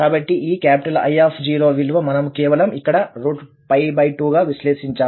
కాబట్టి ఈ I విలువ మనము కేవలం ఇక్కడ 2 గా విశ్లేషించాము